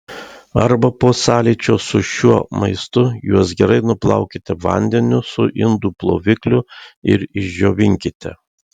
arba po sąlyčio su šiuo maistu juos gerai nuplaukite vandeniu su indų plovikliu ir išdžiovinkite